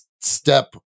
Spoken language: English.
step